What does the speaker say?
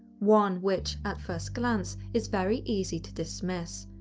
one which, at first glance, is very easy to dismiss.